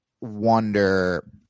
wonder –